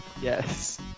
Yes